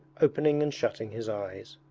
opening and shutting his eyes.